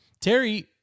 Terry